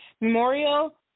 Memorial